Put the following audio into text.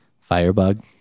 firebug